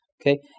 Okay